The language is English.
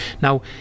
now